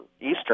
Eastern